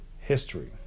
history